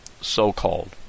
so-called